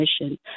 mission